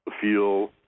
feel